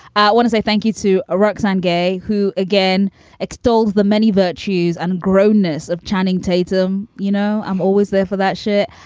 i want to say thank you to a ruxin gay who again extols the many virtues and grossness of channing tatum. you know, i'm always there for that shit.